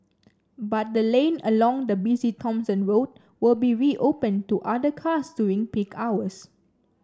but the lane along the busy Thomson Road will be reopened to other cars during peak hours